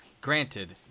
Granted